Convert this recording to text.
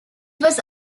was